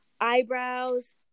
eyebrows